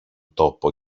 τόπο